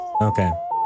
Okay